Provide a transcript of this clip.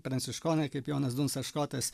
pranciškonai kaip jonas dunsas škotas